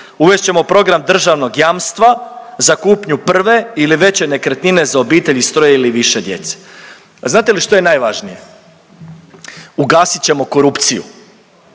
Uvest ćemo program državnog jamstva za kupnju prve ili veće nekretnine za obitelji s 3-oje ili više djece. A znate li što je najvažnije? Ugasit ćemo korupciju,